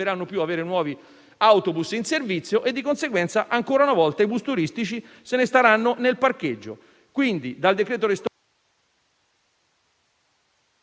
più avere nuovi autobus in servizio e, di conseguenza, ancora una volta i bus turistici se ne staranno nel parcheggio.